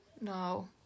No